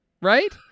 right